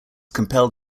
compelled